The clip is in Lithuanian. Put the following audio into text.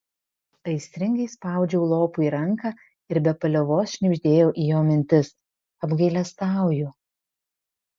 aistringai spaudžiau lopui ranką ir be paliovos šnibždėjau į jo mintis apgailestauju